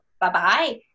bye-bye